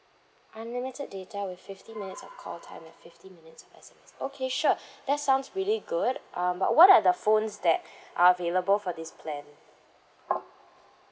unlimited data with fifty minutes of call time and fifty minute of S_M_S okay sure that sounds really good um but what are the phones that are available for this plan